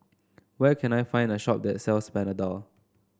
where can I find a shop that sells Panadol